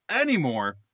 anymore